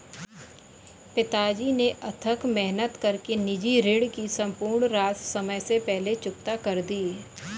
पिताजी ने अथक मेहनत कर के निजी ऋण की सम्पूर्ण राशि समय से पहले चुकता कर दी